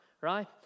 right